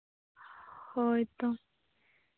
ᱦᱳᱭ ᱛᱚ